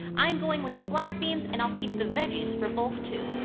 i'm going with the black beans, and i'll keep the veggies for bulk, too.